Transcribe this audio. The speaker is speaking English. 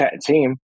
team